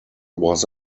was